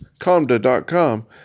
Comda.com